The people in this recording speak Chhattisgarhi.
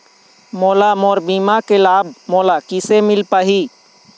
मोला मोर बीमा के लाभ मोला किसे मिल पाही?